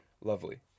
Lovely